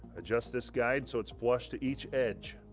adjust this guide so it's flush to each edge.